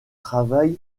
travail